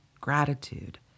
gratitude